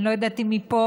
אני לא יודעת אם היא פה,